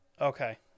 Okay